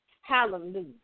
Hallelujah